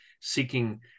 seeking